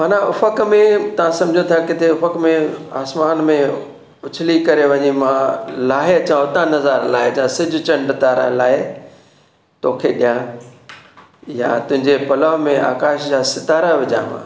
हुन उफ़क़ में तव्हां सम्झो थिया किथे उफ़क़ में आसमान में उछली करे वञी मां लाहे अचां हुतां नज़ारा लाहे अचां सिॼु चंडु तारा लाइ तोखे ॾिया या तुंहिंजे पलव में आकाश जा सितारा विझा मां